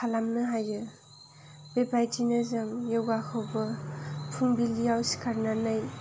खालामनो हायो बेबायदिनो जों य'गाखौबो फुंबिलियाव सिखारनानै